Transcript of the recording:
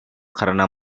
karena